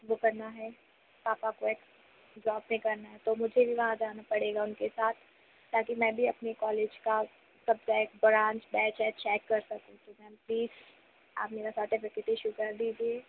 वो करना है पापा को एक जॉब भी करना है तो मुझे भी वहाँ जाना पड़ेगा उनके साथ ताकि मैं भी अपने कॉलेज का सब्जेक्ट ब्रांच बैचिस चेक कर सकूं तो मैम प्लीज़ आप मेरा सर्टिफ़िकेट इशू कर दीजिए